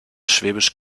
schwäbisch